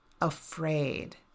afraid